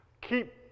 Keep